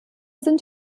sind